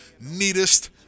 neatest